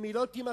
אם היא לא תימכר,